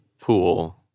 pool